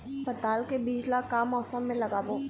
पताल के बीज ला का मौसम मे लगाबो?